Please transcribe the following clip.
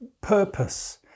purpose